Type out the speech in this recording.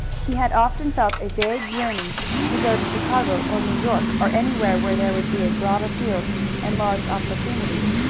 he had often felt a vague yearning to go to chicago or new york, or anywhere where there would be a broader field and large opportunities,